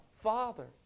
Father